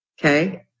Okay